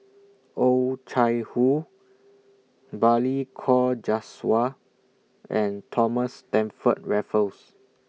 Oh Chai Hoo Balli Kaur Jaswal and Thomas Stamford Raffles